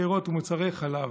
פירות ומוצרי חלב.